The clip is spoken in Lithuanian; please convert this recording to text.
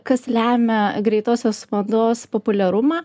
kas lemia greitosios mados populiarumą